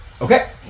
Okay